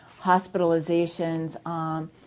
Hospitalizations